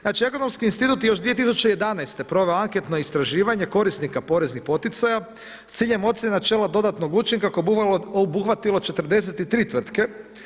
Znači Ekonomski institut je još 2011. proveo anketno istraživanje korisnika poreznih poticaja s ciljem ocjena načela dodatnog učinka koje je obuhvatilo 43 tvrtke.